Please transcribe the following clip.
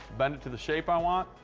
bend it to the shape i want,